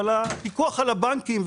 אבל הפיקוח על הבנקים,